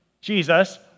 Jesus